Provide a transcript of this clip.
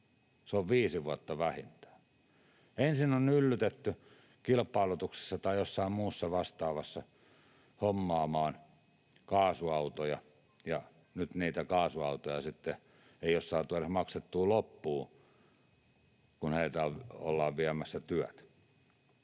se on 5 vuotta vähintään. Ensin on yllytetty kilpailutuksessa tai jossain muussa vastaavassa hommaamaan kaasuautoja, ja nyt niitä kaasuautoja sitten ei ole saatu edes maksettua loppuun, kun heiltä ollaan viemässä työt.